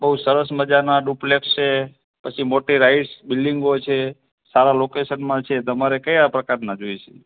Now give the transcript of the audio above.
બહુ સરસ મજાનાં ડુપ્લેક્સ છે પછી મોટી રાઇડ્સ બિલ્ડિંગો છે સારા લોકેશનમાં છે તમારે કયા પ્રકારનાં જોઈએ છે